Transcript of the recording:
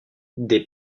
des